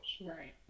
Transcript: Right